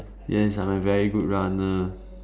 yes I'm a very good runner